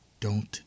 Don't